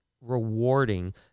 rewarding